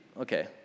Okay